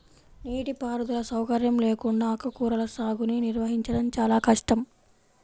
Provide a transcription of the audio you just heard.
నీటిపారుదల సౌకర్యం లేకుండా ఆకుకూరల సాగుని నిర్వహించడం చాలా కష్టం